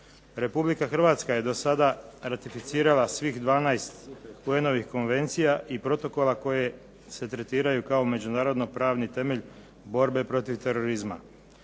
Republika Hrvatska je do sada ratificirala svih 12 UN-ovih konvencija i protokola koje se tretiraju kao međunarodno pravi temelj borbe protiv terorizma.